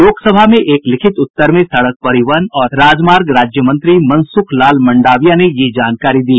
लोकसभा में एक लिखित उत्तर में सड़क परिवहन और राजमार्ग राज्यमंत्री मनसुख लाल मंडाविया ने यह जानकारी दी